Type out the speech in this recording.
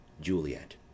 Juliet